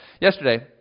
Yesterday